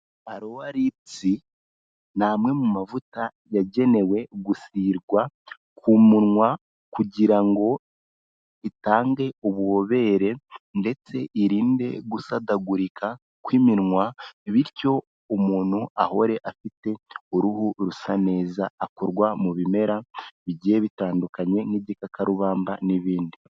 Aloe Lips ni amwe mu mavuta yagenewe gusirwa ku munwa kugira ngo itange ububobere ndetse irinde gusadagurika kw'iminwa, bityo umuntu ahore afite uruhu rusa neza. Akorwa mu bimera bigiye bitandukanye nk'igikakarubamba n'ibindi.